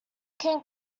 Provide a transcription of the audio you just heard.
can